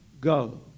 go